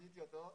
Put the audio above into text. אתיופיה,